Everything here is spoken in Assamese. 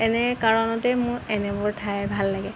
এনে কাৰণতে মোৰ এনেবোৰ ঠাই ভাল লাগে